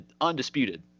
undisputed